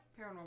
paranormal